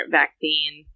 vaccine